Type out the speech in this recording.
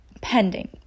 pending